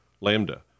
Lambda